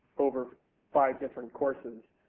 over five different courses.